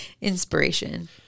inspiration